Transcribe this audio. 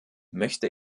möchte